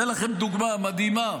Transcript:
אתן לכם דוגמה מדהימה.